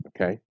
okay